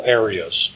areas